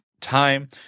time